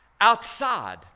outside